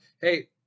hey